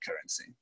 currency